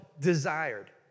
desired